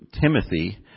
Timothy